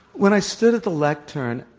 when i stood at the lectern,